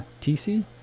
TC